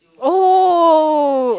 oh